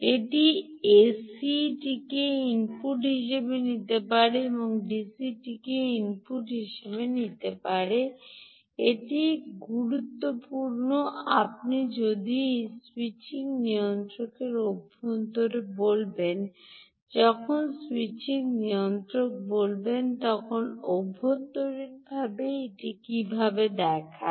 এটি এসিটিকে ইনপুট হিসাবে নিতে পারে এটি ডিসিটিকে ইনপুট হিসাবে নিতে পারে এটি গুরুত্বপূর্ণ আপনি যখন এই স্যুইচিং নিয়ন্ত্রকের অভ্যন্তরে বলবেন যখন স্যুইচিং নিয়ন্ত্রক বলবেন তখন অভ্যন্তরীণভাবে এটি কীভাবে দেখায়